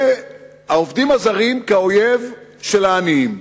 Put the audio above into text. והעובדים הזרים כאויב של העניים,